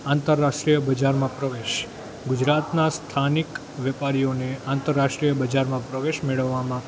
આંતરરાષ્ટ્રીય બજારમાં પ્રવેશ ગુજરાતના સ્થાનિક વેપારીઓને આંતરરાષ્ટ્રીય બજારમાં પ્રવેશ મેળવવામાં